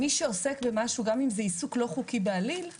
שקובע מיסוי ייעודי להכנסות מהגרלות ופרסים.